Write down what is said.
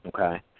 Okay